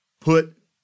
put